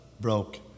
broke